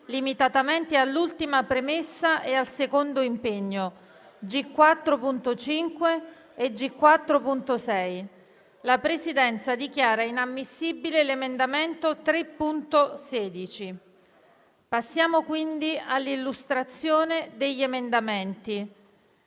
(limitatamente all'ultima premessa e al secondo impegno), G4.5 e G4.6. La Presidenza dichiara inammissibile l'emendamento 3.16. Passiamo all'esame dell'articolo